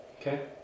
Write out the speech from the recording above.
Okay